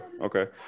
okay